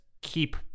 keep